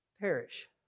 Perish